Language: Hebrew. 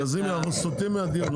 לזימי אנחנו סוטים מהדיון,